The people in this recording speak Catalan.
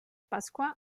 pasqua